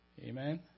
Amen